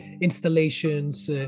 installations